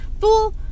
fool